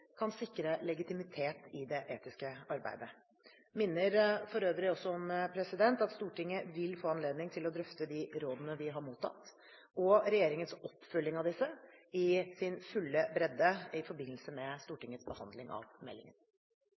kan sikre legitimitet i det etiske arbeidet. Jeg minner for øvrig om at Stortinget vil få anledning til å drøfte de rådene vi har mottatt, og regjeringens oppfølging av disse, i sin fulle bredde i forbindelse med Stortingets behandling av meldingen.